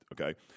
okay